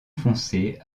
foncé